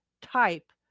type